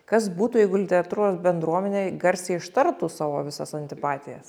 kas būtų jeigu literatūros bendruomenė garsiai ištartų savo visas antipatijas